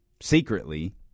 secretly